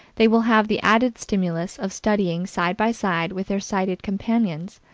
they will have the added stimulus of studying side by side with their sighted companions.